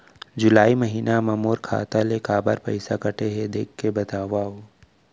जुलाई महीना मा मोर खाता ले काबर पइसा कटे हे, देख के बतावव?